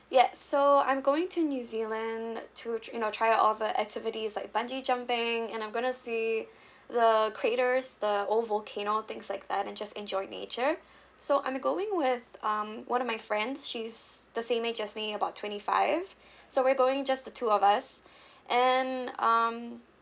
ya so I'm going to new zealand to tr~ you know try out all the activities like bungee jumping and I'm going to see the craters the old volcano things like that and just enjoy nature so I'm going with um one of my friends she's the same age as me about twenty five so we're going just the two of us and um